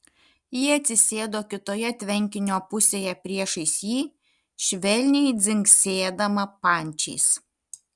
ji atsisėdo kitoje tvenkinio pusėje priešais jį švelniai dzingsėdama pančiais